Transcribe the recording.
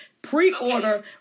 Pre-order